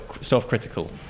self-critical